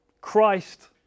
Christ